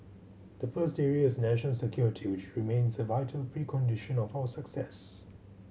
the first area is national security which remains a vital precondition of our success